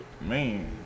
Man